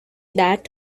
that